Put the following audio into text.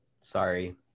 sorry